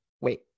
wait